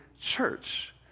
church